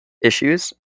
issues